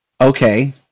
Okay